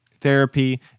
therapy